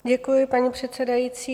Děkuji, paní předsedající.